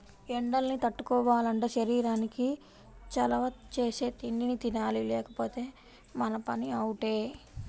ఎండల్ని తట్టుకోవాలంటే శరీరానికి చలవ చేసే తిండినే తినాలి లేకపోతే మన పని అవుటే